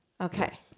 okay